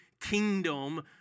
kingdom